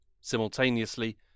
Simultaneously